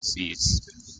sees